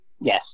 yes